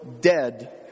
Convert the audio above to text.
dead